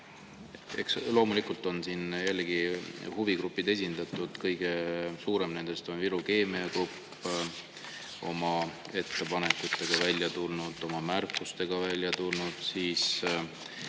ja loomulikult on siin jällegi huvigrupid esindatud. Kõige suurem nendest on Viru Keemia Grupp, nad oma ettepanekute ja oma märkustega välja tulnud.